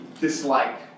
dislike